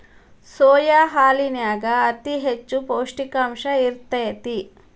soya ಹಾಲನ್ಯಾಗ ಅತಿ ಹೆಚ್ಚ ಪೌಷ್ಟಿಕಾಂಶ ಇರ್ತೇತಿ